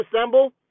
assemble